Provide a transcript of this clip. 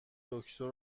دکتر